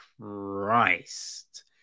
Christ